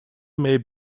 may